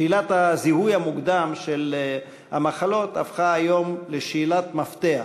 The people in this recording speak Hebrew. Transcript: שאלת הזיהוי המוקדם של המחלות הפכה היום לשאלת מפתח,